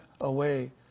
away